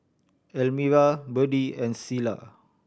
Elmyra Berdie and Selah